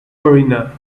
foreigner